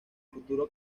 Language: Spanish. futuro